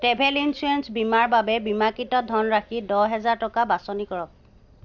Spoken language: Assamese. ট্ৰেভেল ইঞ্চুৰেন্স বীমাৰ বাবে বীমাকৃত ধনৰাশি দহ হেজাৰ টকা বাছনি কৰক